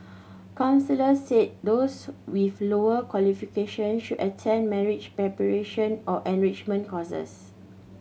counsellors said those with lower qualification should attend marriage preparation or enrichment courses